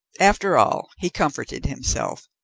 after all, he comforted himself,